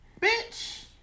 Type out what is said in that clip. Bitch